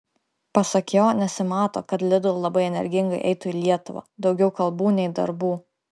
pasak jo nesimato kad lidl labai energingai eitų į lietuvą daugiau kalbų nei darbų